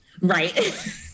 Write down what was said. Right